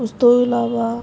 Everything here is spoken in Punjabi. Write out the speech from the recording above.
ਉਸ ਤੋਂ ਇਲਾਵਾ